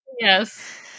Yes